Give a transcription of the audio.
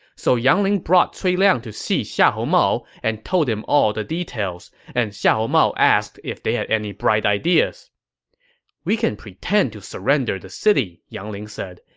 so yang ling brought cui liang to see xiahou mao and told him all the details, and xiahou mao asked if they had any bright ideas we can pretend to surrender the city, yang ling said.